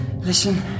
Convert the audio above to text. Listen